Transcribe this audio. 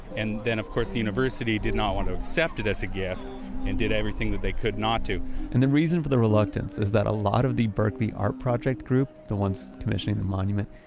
and then, of course, the university did not want to accept it as a gift and did everything they could not to and the reason for the reluctance is that a lot of the berkeley art project group, the ones commissioning the monument,